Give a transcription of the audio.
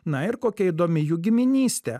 na ir kokia įdomi jų giminystė